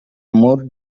more